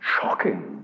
Shocking